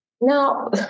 Now